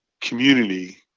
community